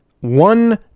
one